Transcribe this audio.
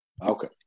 Okay